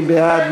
מי בעד?